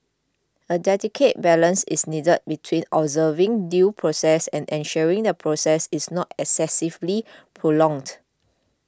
a delicate balance is needed between observing due process and ensuring the process is not excessively prolonged